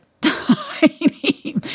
tiny